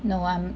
no I'm not